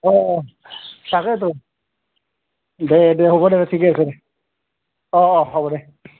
অঁ অঁ তাকেইতো দে দে হ'ব দে ঠিকে আছে দে অঁ অঁ হ'ব দে